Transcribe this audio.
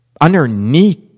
underneath